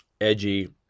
edgy